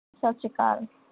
ਸਤਿ ਸ਼੍ਰੀ ਅਕਾਲ